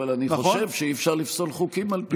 אבל אני חושב שאי-אפשר לפסול חוקים על פיו,